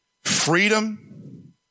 Freedom